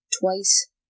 twice